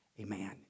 Amen